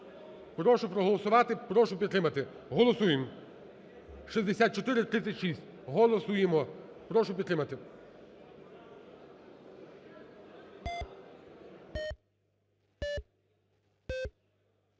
прошу проголосувати, прошу підтримати. Голосуємо. 6436, голосуємо. Прошу підтримати.